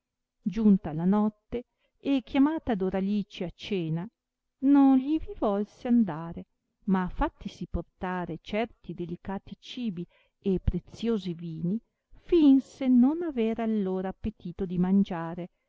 giunta la notte e chiamata doralice a cena non gli vi volse andare ma fattisi portare certi delicati cibi e preziosi vini fìnse non aver allora appetito di mangiare